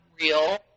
real